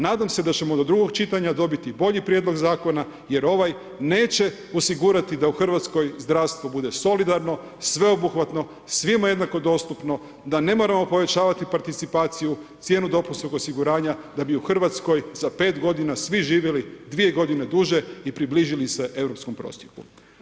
Nadam se da ćemo do drugog čitanja dobiti bolji prijedlog zakona jer ovaj neće osigurati da u Hrvatskoj zdravstvo bude solidarno, sveobuhvatno, svima jednako dostupno, da ne moramo povećavati participaciju, cijenu dopunskog osiguranja da bi u Hrvatskoj za 5 g. svi živjeli 2 g. duže i približili se europskom prosjeku.